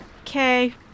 Okay